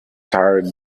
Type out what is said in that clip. tire